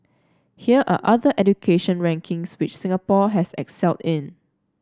here are other education rankings which Singapore has excelled in